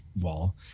wall